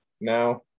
now